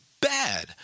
bad